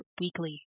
weekly